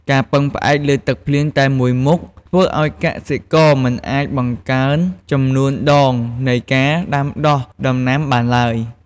ការពឹងផ្អែកលើទឹកភ្លៀងតែមួយមុខ ធ្វើឱ្យកសិករមិនអាចបង្កើនចំនួនដងនៃការដាំដុះដំណាំបានឡើយ។